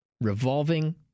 revolving